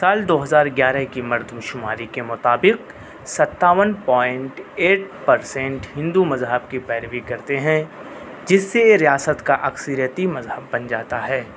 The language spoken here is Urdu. سال دو ہزار گیارہ کی مردم شماری کے مطابق ستاون پوائنٹ ایٹ پرسینٹ ہندو مذہب کی پیروی کرتے ہیں جس سے یہ ریاست کا اکثریتی مذہب بن جاتا ہے